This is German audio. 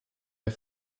der